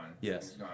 yes